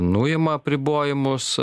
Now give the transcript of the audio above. nuima apribojimus